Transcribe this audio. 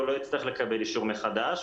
הוא לא יצטרך לקבל אישור מחדש.